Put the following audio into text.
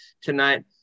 tonight